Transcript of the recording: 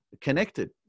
connected